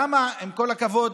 למה, עם כל הכבוד?